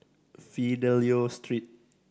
Fidelio Street